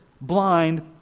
blind